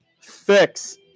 fix